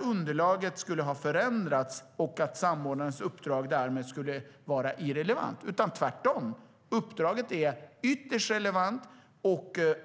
underlaget skulle ha förändrats och samordnarens uppdrag därmed vara irrelevant. Tvärtom är uppdraget ytterst relevant.